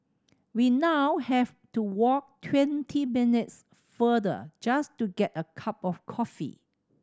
we now have to walk twenty minutes further just to get a cup of coffee